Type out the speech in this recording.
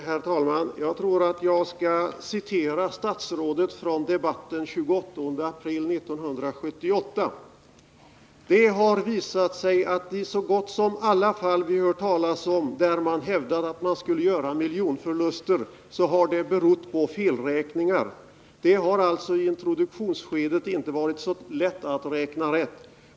Herr talman! Jag skall citera statsrådet Mogård från debatten den 28 april 1978: ”Det har visat sig att i så gott som alla fall vi hört talas om där man hävdat att man skulle göra miljonförluster, så har det berott på felräkningar. Det har alltså i introduktionsskedet inte varit så lätt att räkna rätt.